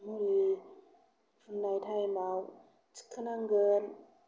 मुलि फुननाय टाइमाव थिखोनांगोन